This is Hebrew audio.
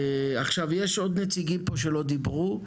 עכשיו, יש עוד נציגים פה שלא דיברו.